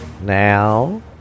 Now